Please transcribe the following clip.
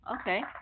Okay